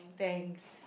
thanks